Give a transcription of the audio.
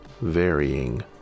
varying